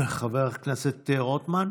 חבר הכנסת רוטמן,